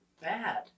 bad